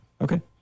Okay